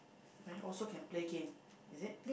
then also can play game is it